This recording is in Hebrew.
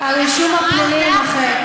והרישום הפלילי יימחק.